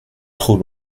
trop